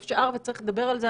אפשר, וצריך לדבר על זה.